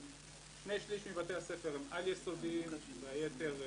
שני שליש מבתי הספר הם על-יסודיים והיתר יסודיים.